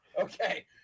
Okay